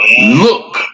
Look